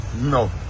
No